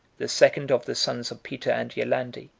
the second of the sons of peter and yolande,